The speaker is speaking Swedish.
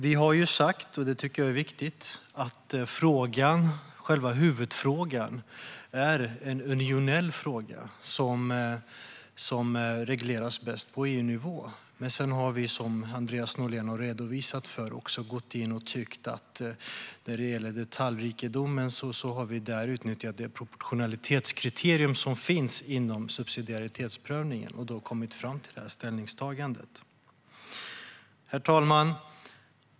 Vi har sagt, och det tycker jag är viktigt, att själva huvudfrågan är en unionell fråga som regleras bäst på EU-nivå. Sedan har vi, som Andreas Norlén har redogjort för, uttryckt att när det gäller detaljrikedomen har vi där utnyttjat det proportionalitetskriterium som finns inom subsidiaritetsprövningen och då kommit fram till det här ställningstagandet. Herr talman!